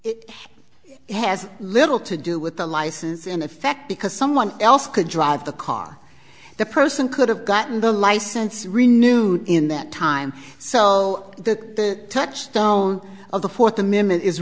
it has little to do with the license in effect because someone else could drive the car the person could have gotten the license renewed in that time so the touchstone of the fourth amendment is